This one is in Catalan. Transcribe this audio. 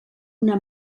una